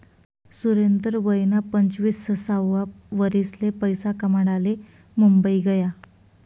सुरेंदर वयना पंचवीससावा वरीसले पैसा कमाडाले मुंबई गया